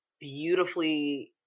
beautifully